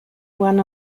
one